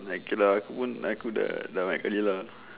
okay lah aku pun aku dah dah banyak kali lah